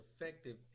effective